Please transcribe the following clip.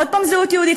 עוד פעם זהות יהודית,